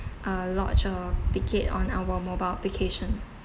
uh lodge a ticket on our mobile application